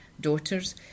daughters